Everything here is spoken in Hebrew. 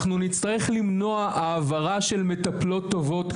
אנחנו נצטרך למנוע העברה של מטפלות טובות,